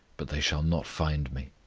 but they shall not find me.